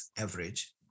average